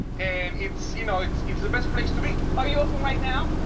and it's, you know, it's it's the best place to be. are you open right now?